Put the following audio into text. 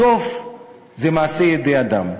בסוף זה מעשי ידי אדם.